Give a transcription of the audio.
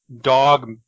dog